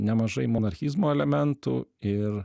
nemažai monarchizmo elementų ir